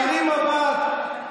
להרים מבט,